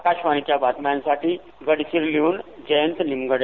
आकाशवाणी बातम्यांसाठी गडचिरोलीहून जयंत निमगडे